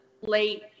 late